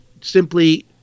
simply